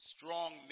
Strong